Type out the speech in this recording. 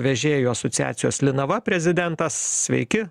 vežėjų asociacijos linava prezidentas sveiki